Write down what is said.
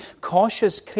cautious